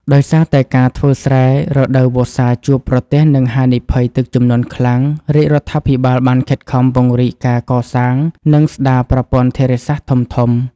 ដោយសារតែការធ្វើស្រែរដូវវស្សាជួបប្រទះនឹងហានិភ័យទឹកជំនន់ខ្លាំង រាជរដ្ឋាភិបាលបានខិតខំពង្រីកការកសាង និងស្តារប្រព័ន្ធធារាសាស្ត្រធំៗ។